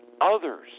others